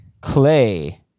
Clay